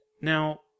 Now